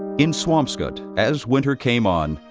in swampscott, as winter came on,